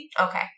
Okay